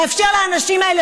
תאפשר לאנשים האלה,